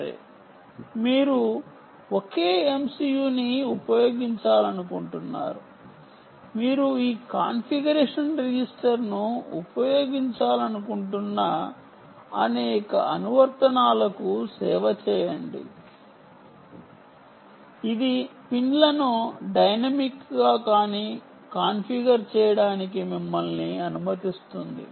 సరే మీరు ఒకే MCU ని ఉపయోగించాలనుకుంటున్నారు మీరు ఈ కాన్ఫిగరేషన్ రిజిస్టర్ను ఉపయోగించాలనుకుంటున్న అనేక అనువర్తనాలకు సేవ చేయండి ఇది పిన్లను డైనమిక్గా కాన్ఫిగర్ చేయడానికి మిమ్మల్ని అనుమతిస్తుంది